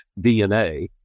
DNA